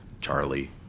Charlie